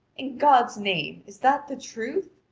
in god's name, is that the truth?